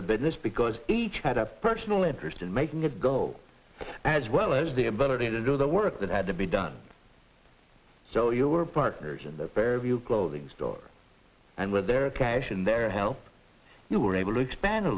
the business because each had a personal interest in making it go as well as the ability to do the work that had to be done so you were partners in the fairview clothing store and with their cash in their help you were able to expand a